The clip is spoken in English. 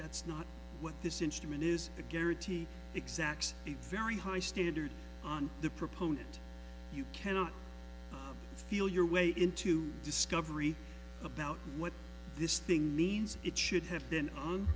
that's not what this instrument is a guarantee exact a very high standard on the proponent you cannot feel your way into discovery about what this thing means it should have been on